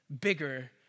bigger